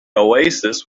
oasis